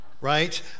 right